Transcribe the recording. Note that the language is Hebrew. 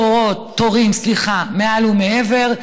תורים מעל ומעבר,